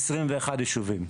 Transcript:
21 יישובים.